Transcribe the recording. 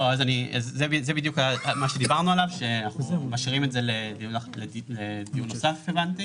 על זה בדיוק דיברנו והבנתי שמשאירים את זה לדיון נוסף.